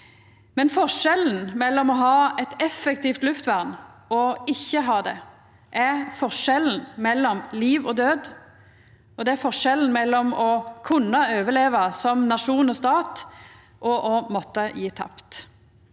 men forskjellen mellom å ha eit effektivt luftvern og ikkje ha det, er forskjellen mellom liv og død. Det er forskjellen mellom å kunna overleva som nasjon og stat, og å måtta gje tapt.